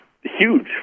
huge